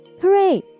Hooray